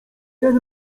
ten